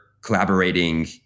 collaborating